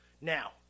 Now